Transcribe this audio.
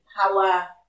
power